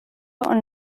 und